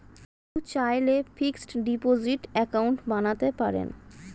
কেউ চাইলে fixed deposit account বানাতে পারেন